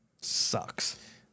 Sucks